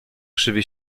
krzywi